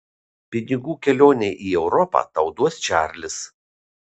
pinigų kelionei į europą tau duos čarlis